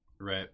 right